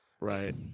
Right